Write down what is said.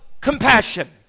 compassion